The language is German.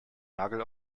nagel